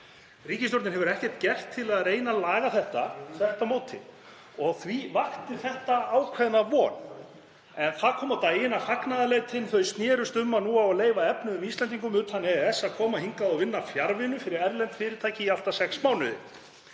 Ríkisstjórnin hefur ekkert gert til að reyna að laga það, þvert á móti, og því vakti þetta ákveðna von. En það kom á daginn að fagnaðarlætin snerust um að nú á að leyfa efnuðum Íslendingum utan EES að koma hingað og vinna fjarvinnu fyrir erlend fyrirtæki í allt að sex mánuði